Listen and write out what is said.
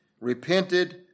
repented